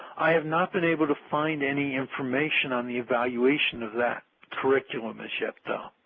i have not been able to find any information on the evaluation of that curriculum as yet, though.